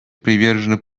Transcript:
привержена